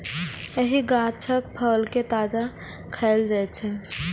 एहि गाछक फल कें ताजा खाएल जाइ छै